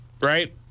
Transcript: right